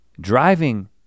driving